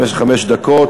במשך חמש דקות,